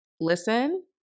listen